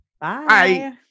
Bye